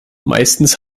meistens